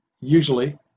usually